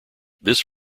this